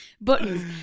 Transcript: Buttons